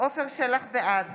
בעד